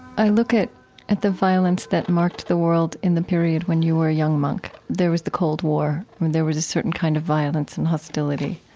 i look at at the violence that marked the world in the period when you were a young monk. there was the cold war. there was a certain kind of violence and hostility.